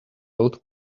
old